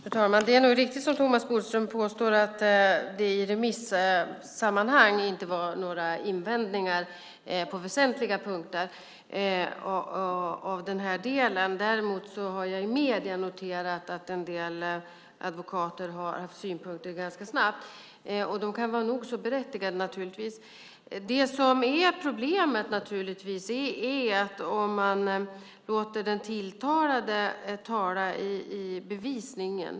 Fru talman! Det är nog riktigt som Thomas Bodström påstår att det i remissammanhang inte var några invändningar på väsentliga punkter i den här delen. Däremot har jag i medierna noterat att en del advokater har haft synpunkter. De kan naturligtvis vara nog så berättigade. Problemet är om man låter den tilltalade tala i bevisningen.